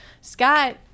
Scott